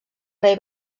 rei